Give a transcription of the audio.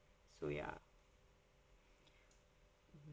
so ya